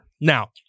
Now